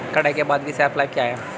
कटाई के बाद की शेल्फ लाइफ क्या है?